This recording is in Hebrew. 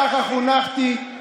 ככה חונכתי,